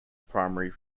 primary